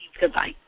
Goodbye